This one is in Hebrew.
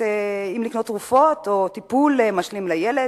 אם לקנות תרופות או טיפול משלים לילד?